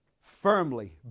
firmly